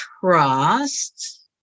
trust